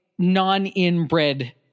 non-inbred